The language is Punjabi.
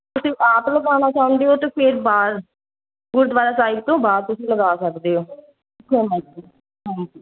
ਤੁਸੀਂ ਆਪ ਲਗਾਉਣਾ ਚਾਹੁੰਦੇ ਹੋ ਤਾਂ ਫਿਰ ਬਾਹਰ ਗੁਰਦੁਆਰਾ ਸਾਹਿਬ ਤੋਂ ਬਾਅਦ ਤੁਸੀਂ ਲਗਾ ਸਕਦੇ ਹੋ ਹਾਂਜੀ ਹਾਂਜੀ